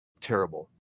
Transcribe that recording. Terrible